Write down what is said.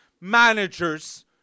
managers